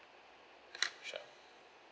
sure